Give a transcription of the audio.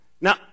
now